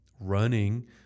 running